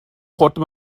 prata